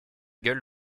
gueule